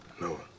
No